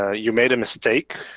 ah you made a mistake